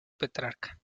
petrarca